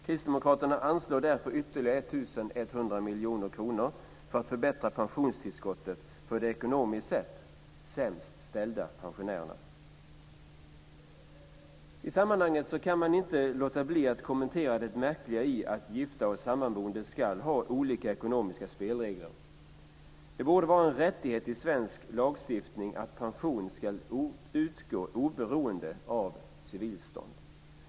Kristdemokraterna vill därför anslå ytterligare I sammanhanget kan man inte låta bli att kommentera det märkliga i att gifta och sammanboende ska ha olika ekonomiska spelregler. Det borde vara en rättighet i svensk lagstiftning att pension ska utgå oberoende av civilstånd.